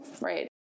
right